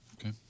Okay